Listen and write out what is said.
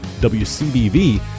WCBV